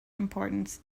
importance